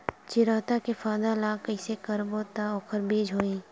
चिरैता के पौधा ल कइसे करबो त ओखर बीज होई?